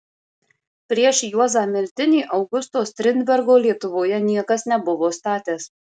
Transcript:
prieš juozą miltinį augusto strindbergo lietuvoje niekas nebuvo statęs